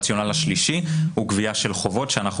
הרציונל השלישי הוא גבייה של חובות שאנחנו